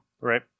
right